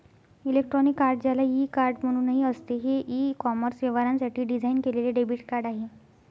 electronic card, ज्याला e card म्हणूनही असते, हे ई कॉमर्स व्यवहारांसाठी डिझाइन केलेले डेबिट कार्ड आहे